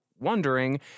wondering